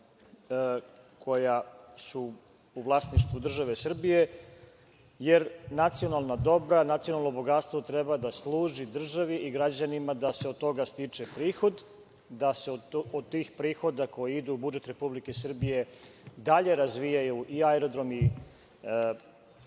koja su u vlasništvu države Srbije, jer nacionalna dobra, nacionalno bogatstvo treba da služi državi i građanima da se od toga stiče prihod, da se od tih prihoda koji idu u budžet Republike Srbije dalje razvijaju i aerodromi